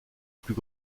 plus